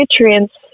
nutrients